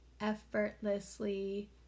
effortlessly